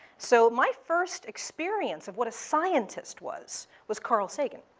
so my first experience of what a scientist was was carl sagan.